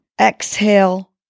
exhale